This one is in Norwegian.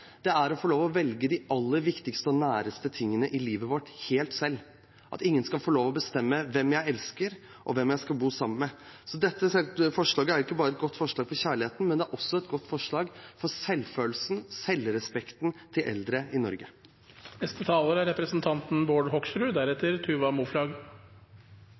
er å få lov å velge de aller viktigste og næreste tingene i livet helt selv, at ingen skal få lov å bestemme hvem man elsker, og hvem man skal bo sammen med. Dette forslaget er ikke bare et godt forslag for kjærligheten, det er også et godt forslag for selvfølelsen, selvrespekten til eldre i